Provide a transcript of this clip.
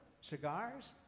Cigars